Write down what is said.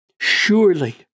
Surely